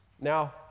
Now